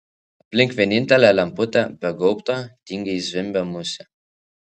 aplink vienintelę lemputę be gaubto tingiai zvimbė musė